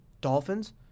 Dolphins